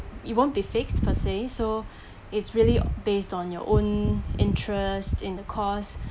you won't be fixed per se so it's really based on your own interest in the cause